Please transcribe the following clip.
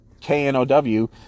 K-N-O-W